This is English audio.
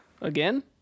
Again